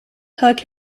hugged